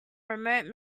remote